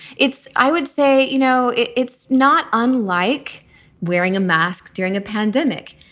it's i would say, you know, it's not unlike wearing a mask during a pandemic.